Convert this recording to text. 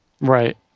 Right